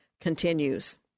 continues